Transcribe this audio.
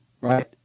right